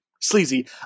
sleazy